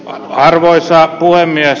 arvoisa puhemies